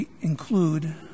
include